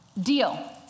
Deal